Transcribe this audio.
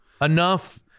enough